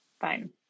Fine